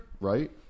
right